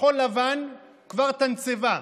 כחול לבן כבר תנצב"ה,